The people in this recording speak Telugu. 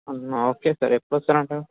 ఓకే సార్ ఎప్పుడు వస్తాను అంటారు